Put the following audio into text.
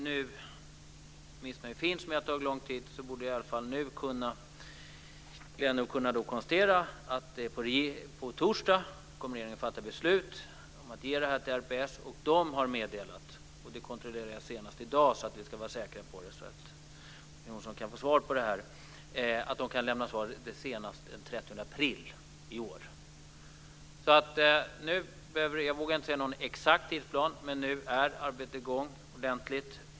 Nu kan jag glädjande nog konstatera att på torsdag kommer regeringen att fatta beslut om att ge detta till RPS. De har meddelat, och det kontrollerade jag senast i dag, att de kan lämna svar senast den 30 april i år. Jag vågar inte ange någon exakt tidsplan, men nu är arbetet i gång ordentligt.